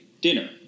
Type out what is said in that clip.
Dinner